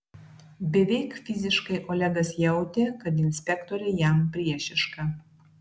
beveik fiziškai olegas jautė kad inspektorė jam priešiška